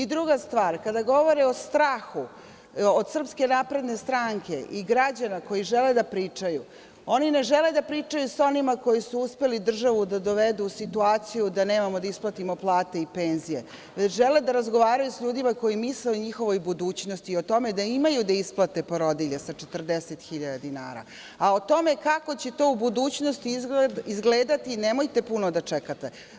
Druga stvar, kada govore o strahu od Srpske napredne stranke i građana koji žele da pričaju, oni ne žele da pričaju sa onima koji su uspeli državu da dovedu u situaciju da nemamo da isplatimo plate i penzije, već žele da razgovaraju s ljudima koji misle o njihovoj budućnosti i o tome da imaju da isplate porodilje sa 40 hiljada dinara, a o tome kako će to u budućnosti izgledati, nemojte puno da čekate.